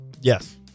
Yes